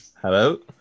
hello